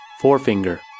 forefinger